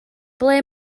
ble